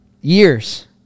years